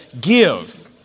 give